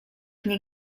nie